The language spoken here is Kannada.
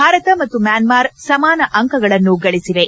ಭಾರತ ಮತ್ತು ಮ್ಯಾನ್ಮಾರ್ ಸಮಾನ ಅಂಕಗಳನ್ನು ಗಳಿಸಿವೆ